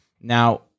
now